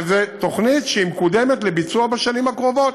אבל זאת תוכנית שמקודמת לביצוע בשנים הקרובות,